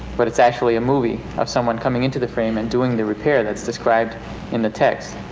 but it's actually a movie of someone coming into the frame and doing the repair that's described in the text.